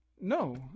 No